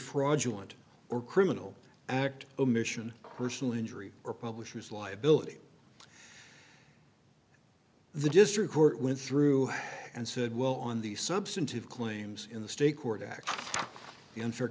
fraudulent or criminal act omission crucial injury or publisher's liability the district court went through and said well on the substantive claims in the state court act